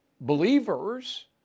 believers